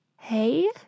hey